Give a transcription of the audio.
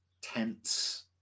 tense